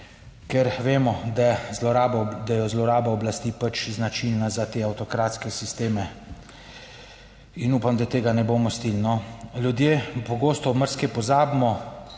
zloraba, da je zloraba oblasti pač Značilna za te avtokratske sisteme in upam, da tega ne bomo pustili, no. Ljudje pogosto marsikaj pozabimo,